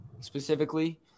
specifically